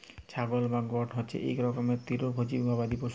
ছাগল বা গট হছে ইক রকমের তিরলভোজী গবাদি পশু